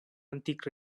antic